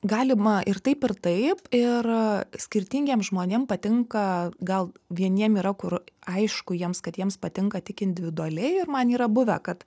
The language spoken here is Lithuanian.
galima ir taip ir taip ir skirtingiem žmonėm patinka gal vieniem yra kur aišku jiems kad jiems patinka tik individualiai ir man yra buvę kad